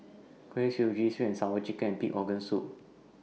Kuih Suji Sweet and Sour Chicken and Pig'S Organ Soup